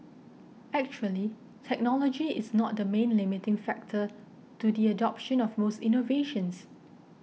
actually technology is not the main limiting factor to the adoption of most innovations